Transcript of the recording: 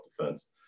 defense